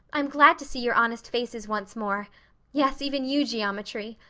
i'm glad to see your honest faces once more yes, even you, geometry.